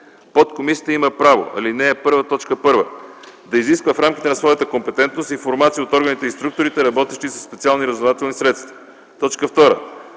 Подкомисията има право: 1. да изисква в рамките на своята компетентност информация от органите и структурите, работещи със специални разузнавателни средства; 2.